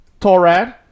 Torad